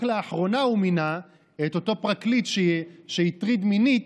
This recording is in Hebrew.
רק לאחרונה הוא מינה את אותו פרקליט שהטריד מינית,